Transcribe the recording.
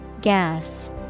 Gas